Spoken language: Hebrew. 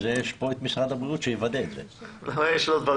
אבל הגז זה משאב טבע, יש ממנו כמות סופית.